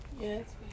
Yes